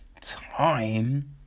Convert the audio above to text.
time